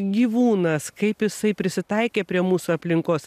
gyvūnas kaip jisai prisitaikė prie mūsų aplinkos